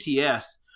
uts